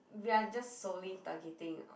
we're just solely targeting on